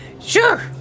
sure